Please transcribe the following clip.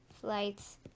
flights